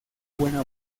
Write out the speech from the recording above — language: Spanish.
buena